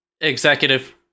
executive